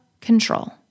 control